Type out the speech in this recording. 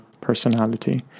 personality